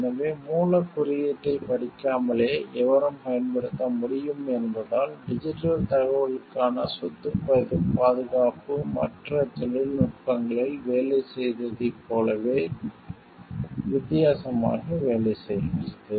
எனவே மூலக் குறியீட்டைப் படிக்காமலே எவரும் பயன்படுத்த முடியும் என்பதால் டிஜிட்டல் தகவலுக்கான சொத்துப் பாதுகாப்பு மற்ற தொழில்நுட்பங்களில் வேலை செய்வதைப் போலவே வித்தியாசமாக வேலை செய்கிறது